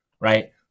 Right